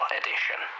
edition